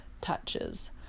touches